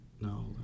no